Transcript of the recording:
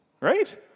right